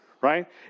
right